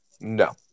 No